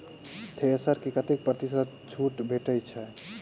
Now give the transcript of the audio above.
Thresher पर कतै प्रतिशत छूट भेटय छै?